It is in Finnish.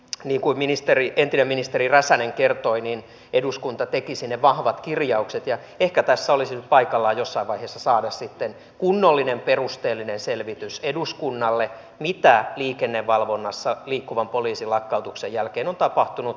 niin kuin entinen ministeri räsänen kertoi eduskunta teki sinne vahvat kirjaukset ja ehkä tässä olisi nyt paikallaan jossain vaiheessa saada sitten kunnollinen perusteellinen selvitys eduskunnalle mitä liikennevalvonnassa liikkuvan poliisin lakkautuksen jälkeen on tapahtunut